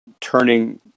turning